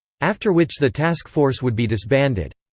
after which the task force would be disbanded.